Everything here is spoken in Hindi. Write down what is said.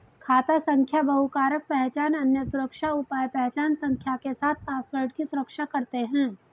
खाता संख्या बहुकारक पहचान, अन्य सुरक्षा उपाय पहचान संख्या के साथ पासवर्ड की सुरक्षा करते हैं